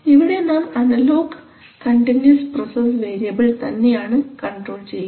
ഇവിടെ നാം analogue continuous process variable തന്നെയാണ് കൺട്രോൾ ചെയ്യുന്നത്